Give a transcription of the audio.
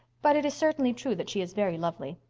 but it is certainly true that she is very lovely.